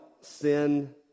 sin